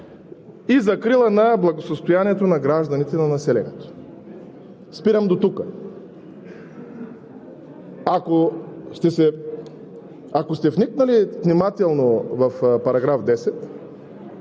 и закрила на благосъстоянието на гражданите и на населението. Спирам дотук. Ако сте вникнали внимателно в § 10,